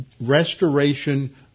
restoration